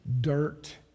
dirt